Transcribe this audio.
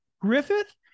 Griffith